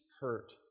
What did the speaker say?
hurt